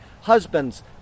Husbands